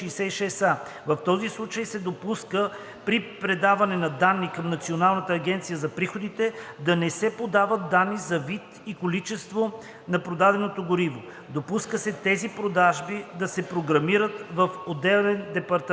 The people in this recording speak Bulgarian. В този случай се допуска при предаване на данни към Националната агенция за приходите да не се подават данни за вид и количество на продаденото гориво. Допуска се тези продажби да се програмират в отделен департамент.